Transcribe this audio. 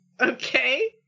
okay